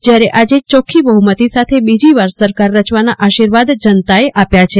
જયારે આજે ચોખ્ખી બહમતી સાથે બીજીવાર સરકાર રચવાના આશિર્વાદ જનતાએ આપ્યા છે